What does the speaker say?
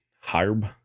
Harb